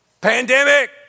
Pandemic